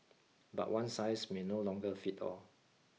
but one size may no longer fit all